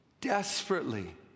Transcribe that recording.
desperately